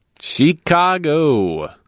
Chicago